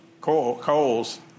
coals